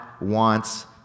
wants